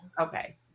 Okay